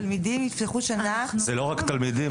התלמידים יפתחו שנה --- זה לא רק תלמידים,